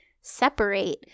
separate